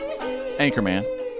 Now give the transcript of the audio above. Anchorman